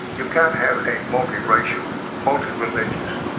you can't have a multiracial, multi-religious,